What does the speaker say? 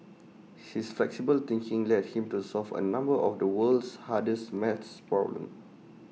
she is flexible thinking led him to solve A number of the world's hardest math problems